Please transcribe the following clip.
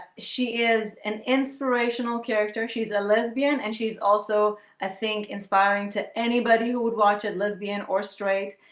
she is an inspirational character she's a lesbian and she's also i think inspiring to anybody who would watch at lesbian or straight